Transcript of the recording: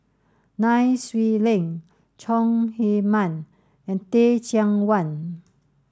Nai Swee Leng Chong Heman and Teh Cheang Wan